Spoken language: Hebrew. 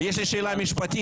יש לי שאלה משפטית,